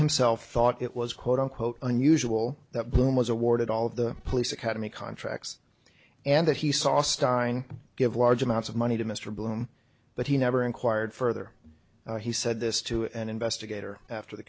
himself thought it was quote unquote unusual that bloom was awarded all of the police academy contracts and that he saw stein give large amounts of money to mr bloom but he never inquired further he said this to an investigator after the